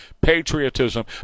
patriotism